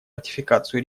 ратификацию